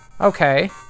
Okay